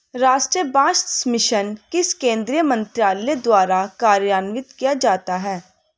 राष्ट्रीय बांस मिशन किस केंद्रीय मंत्रालय द्वारा कार्यान्वित किया जाता है?